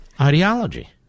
ideology